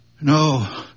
No